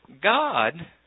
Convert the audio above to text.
God